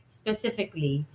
specifically